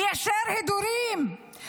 ליישר הדורים,